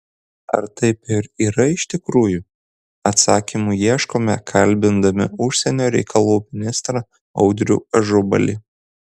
ar taip ir yra iš tikrųjų atsakymų ieškome kalbindami užsienio reikalų ministrą audronių ažubalį